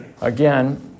again